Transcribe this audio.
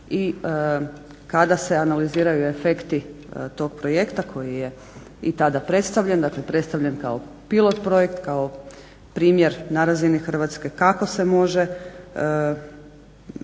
i kada se analiziraju i efekti tog projekta koji je i tada predstavljen, dakle predstavljen kao pilot projekt, kao primjer na razini Hrvatske kako se može